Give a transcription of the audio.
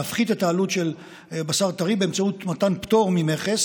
להפחית את העלות של בשר טרי באמצעות מתן פטור ממכס.